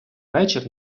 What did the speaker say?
вечір